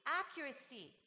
accuracy